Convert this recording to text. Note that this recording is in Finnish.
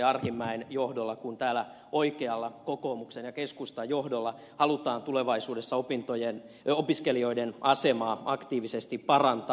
arhinmäen johdolla kuin täällä oikeallakin kokoomuksen ja keskustan johdolla halutaan tulevaisuudessa opintojen opiskelijoiden asema aktiivisesti parantaa